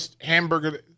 hamburger